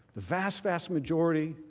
the vast vast majority